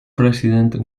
president